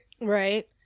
Right